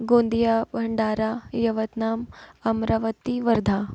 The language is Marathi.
गोंदिया भंडारा यवतनाम अमरावती वर्धा